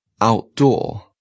outdoor